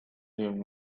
him